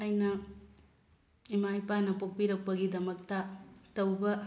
ꯑꯩꯅ ꯏꯃꯥ ꯏꯄꯥꯅ ꯄꯣꯛꯄꯤꯔꯛꯄꯒꯤꯗꯃꯛꯇ ꯇꯧꯕ